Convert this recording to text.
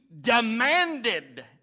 demanded